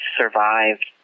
survived